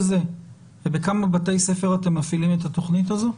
זה ובכמה בתי ספר אתם מפעילים את התוכנית הזאת?